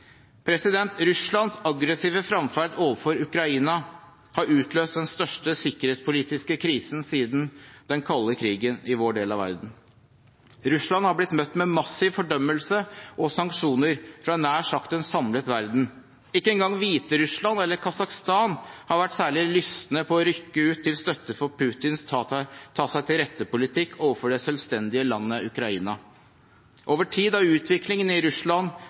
Russlands aggressive fremferd overfor Ukraina har utløst den største sikkerhetspolitiske krisen siden den kalde krigen i vår del av verden. Russland har blitt møtt med massiv fordømmelse og sanksjoner fra nær sagt en samlet verden. Ikke engang Hviterussland eller Kasakhstan har vært særlig lystne på å rykke ut til støtte for Putins ta-seg-til-rette-politikk overfor det selvstendige landet Ukraina. Over tid har utviklingen i Russland